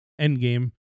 endgame